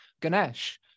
Ganesh